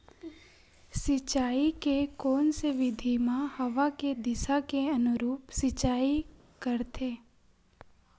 सिंचाई के कोन से विधि म हवा के दिशा के अनुरूप सिंचाई करथे?